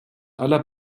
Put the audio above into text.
aller